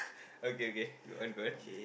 okay okay good one good one